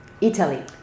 Italy